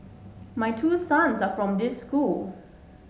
my two sons are from this school